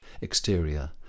Exterior